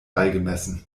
beigemessen